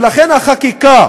ולכן החקיקה